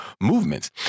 movements